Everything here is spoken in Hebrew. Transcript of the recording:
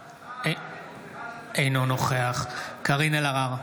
אינו נוכח קארין אלהרר,